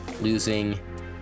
losing